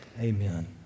amen